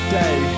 day